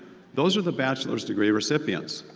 those are the bachelor's degree recipients.